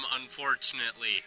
unfortunately